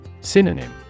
Synonym